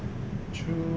true